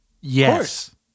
Yes